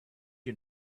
you